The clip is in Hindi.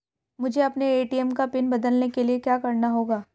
मुझे अपने ए.टी.एम का पिन बदलने के लिए क्या करना होगा?